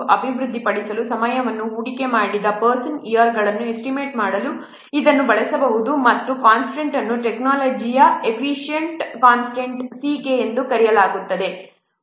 ಅಭಿವೃದ್ಧಿಪಡಿಸಲು ಸಮಯವನ್ನು ಹೂಡಿಕೆ ಮಾಡಿದ ಪರ್ಸನ್ ಇಯರ್ಗಳನ್ನು ಎಸ್ಟಿಮೇಟ್ ಮಾಡಲು ಇದನ್ನು ಬಳಸಬಹುದು ಮತ್ತು ಕಾನ್ಸ್ಟಂಟ್ ಅನ್ನು technology coefficient constant C k ಎಂದು ಕರೆಯಲಾಗುತ್ತದೆ